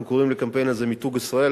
אנחנו קוראים לקמפיין הזה "מיתוג ישראל",